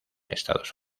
estados